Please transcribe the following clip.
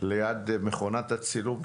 שעות וימים ליד מכונת הצילום.